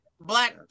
black